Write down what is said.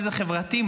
איזה חברתי?